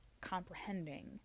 comprehending